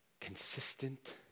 consistent